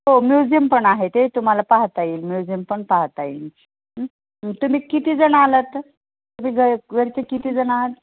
हो म्यूजीयम पण आहे ते तुम्हाला पाहता येईल म्युजीयम पण पाहता येईल तुम्ही किती जण आला आहात तुम्ही घर घरचे किती जण आहात